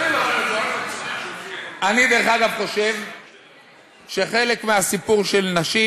אני, דרך אגב, חושב שחלק מהסיפור של נשים